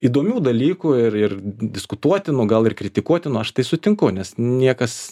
įdomių dalykų ir ir diskutuotinų gal ir kritikuotinų aš tai sutinku nes niekas